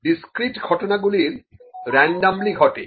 discrete ঘটনাগুলি randomly ঘটে